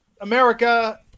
America